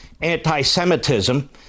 anti-Semitism